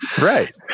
Right